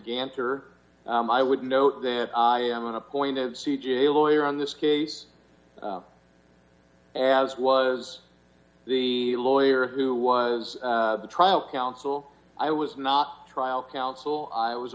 dancer i would know that i am an appointed c j lawyer on this case as was the lawyer who was the trial counsel i was not trial counsel i was